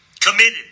committed